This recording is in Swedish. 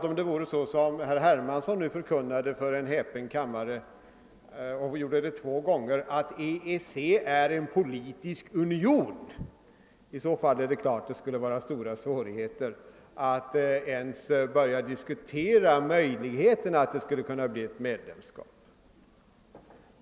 Om det vore så som herr Hermansson förkunnade för en häpen kammare — två gånger till och med — att EEC är en politisk union, så skulle det erbjuda stora svårigheter att ens börja diskutera möjligheten att det skulle kunna bli fråga om ett medlemskap.